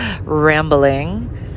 Rambling